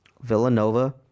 Villanova